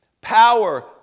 Power